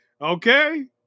okay